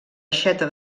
aixeta